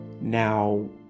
Now